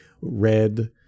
red